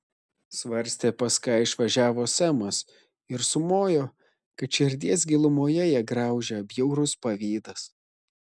svarstė pas ką išvažiavo semas ir sumojo kad širdies gilumoje ją graužia bjaurus pavydas